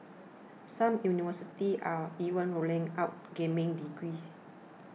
some universities are even rolling out gaming degrees